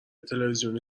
تلوزیون